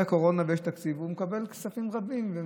הקורונה ויש תקציב והוא מקבל כספים רבים.